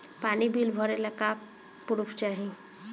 पानी बिल भरे ला का पुर्फ चाई?